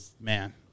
Man